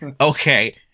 okay